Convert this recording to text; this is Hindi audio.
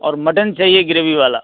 और मटन चाहिए ग्रेवी वाला